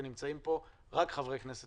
ונמצאים פה רק חברי כנסת